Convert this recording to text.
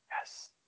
yes